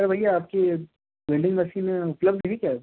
अरे भैया आपकी वेल्डिंग मसीन उपलब्ध है क्या अभी